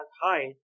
height